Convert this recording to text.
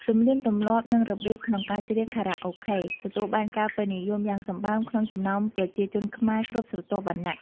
ទំនៀមទំលាប់និងរបៀបក្នុងការច្រៀងខារ៉ាអូខេ ទទួលបានការពេញនិយមយ៉ាងសម្បើមក្នុងចំណោមប្រជាជនខ្មែរគ្រប់ស្រទាប់វណ្ណៈ។